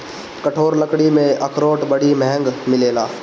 कठोर लकड़ी में अखरोट बड़ी महँग मिलेला